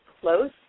close